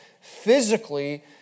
physically